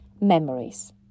memories